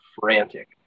Frantic